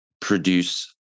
produce